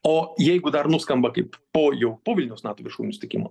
o jeigu dar nuskamba kaip po jau po vilniaus nato viršūnių susitikimo